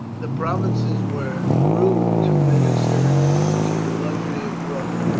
the provinces were ruined to minister to the luxury of rome.